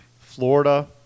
Florida